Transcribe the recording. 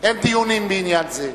אין דיונים בעניין זה.